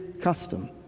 custom